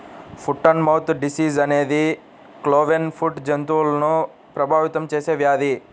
foot and mouth disease అనేది cloven foot జంతువులను ప్రభావితం చేసే వ్యాధి